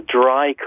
dry